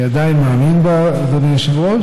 אני עדיין מאמין בה, אדוני היושב-ראש.